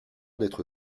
d’être